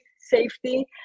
safety